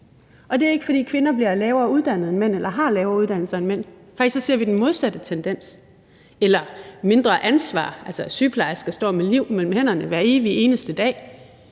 Og det er ikke, fordi kvinder har lavere uddannelser end mænd – faktisk ser vi den modsatte tendens – eller at de har mindre ansvar. Altså, sygeplejersker står med liv mellem hænderne hver evige eneste dag,